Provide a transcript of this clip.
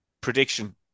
prediction